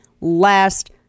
last